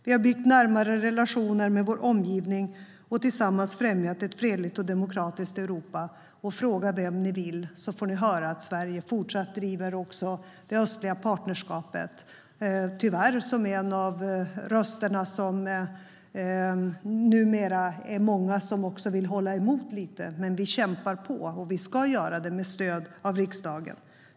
Vi har byggt närmare relationer med vår omgivning och tillsammans främjat ett fredligt och demokratiskt Europa. Fråga vem ni vill får ni höra att Sverige fortsätter att driva frågan om det östliga partnerskapet. Tyvärr finns numera många röster som vill hålla emot, men vi kämpar på. Vi ska göra det med stöd av riksdagen.